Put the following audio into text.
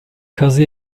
kazı